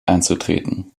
einzutreten